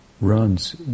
runs